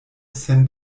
sen